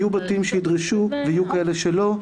יהיו בתים שידרשו ויהיו כאלה שלא.